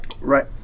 right